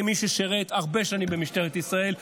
כמי ששירת הרבה שנים במשטרת ישראל,